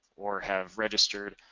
or have registered